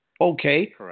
Okay